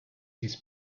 his